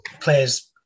players